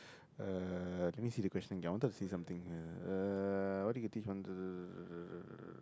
uh let me see the question Again I wanted to see something uh what you can teach one